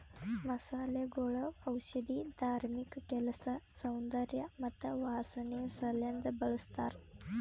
ಮಸಾಲೆಗೊಳ್ ಔಷಧಿ, ಧಾರ್ಮಿಕ ಕೆಲಸ, ಸೌಂದರ್ಯ ಮತ್ತ ವಾಸನೆ ಸಲೆಂದ್ ಬಳ್ಸತಾರ್